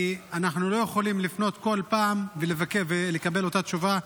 כי אנחנו לא יכולים לפנות בכל פעם ולקבל אותה תשובה.